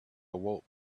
awoke